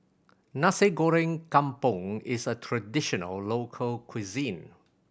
Nasi Goreng Kampung is a traditional local cuisine